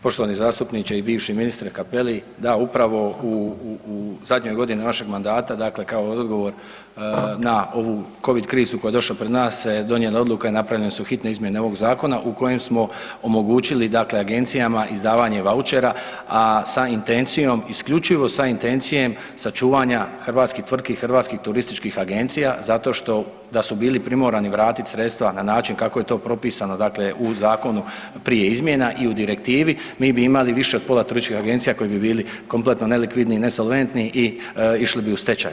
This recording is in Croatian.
Poštovani zastupniče i bivši ministre Cappelli, da upravo u zadnjoj godini vašeg mandata, dakle kao odgovor na ovu covid krizu koja je došla pred nas se donijele odluke i napravljene su hitne izmjene ovog zakona u kojem smo omogućili dakle agencijama izdavanje vaučera, a sa intencijom isključivo sa intencijom sačuvanja hrvatskih tvrtki, hrvatskih turističkih agencija zato što da su bili primorani vratit sredstva na način kako je to propisano dakle u zakonu prije izmjena i u direktivi mi bi imali više od pola turističkih agencije koji bi bili kompletno nelikvidni i nesolventni i išli bi u stečaj.